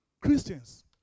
Christians